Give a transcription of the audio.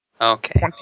Okay